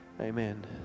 Amen